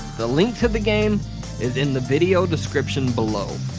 the link to the game is in the video description below.